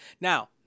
Now